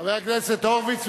חבר הכנסת הורוביץ,